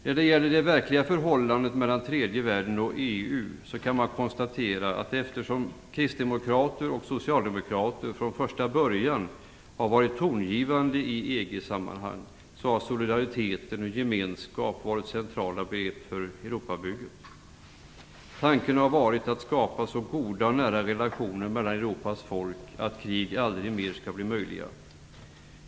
När det gäller det verkliga förhållandet mellan tredje världen och EU kan man konstatera, att eftersom kristdemokrater och socialdemokrater från första början har varit tongivande i EG-sammanhang, har solidaritet och gemenskap varit centrala begrepp i Europabygget. Tanken har varit att skapa så goda och nära relationer mellan Europas folk att krig aldrig mer skall bli möjliga.